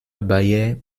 bayer